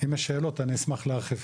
אם יש שאלות, אני אשמח להרחיב.